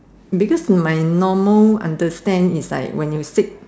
because in my normal understand it's like when you sick